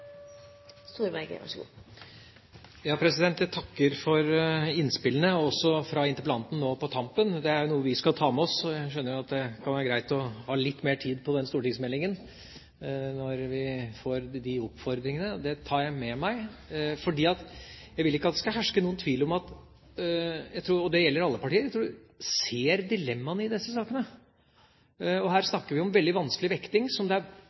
noe vi skal ta med oss, og jeg skjønner at det kan være greit å ha litt mer tid på den stortingsmeldingen når vi får de oppfordringene. Det tar jeg med meg, for jeg vil ikke at det skal herske noen tvil om at jeg tror at alle partier ser dilemmaene i disse sakene. Her snakker vi om en veldig vanskelig vekting som det er